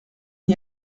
n’y